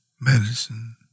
medicine